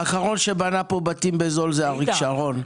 האחרון שבנה פה בתים בזול זה אריק שרון,